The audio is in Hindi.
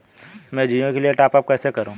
मैं जिओ के लिए टॉप अप कैसे करूँ?